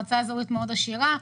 מועצה אזורית מאוד עשירה,